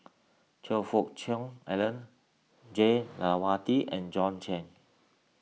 Choe Fook Cheong Alan Jah Lewati and John Clang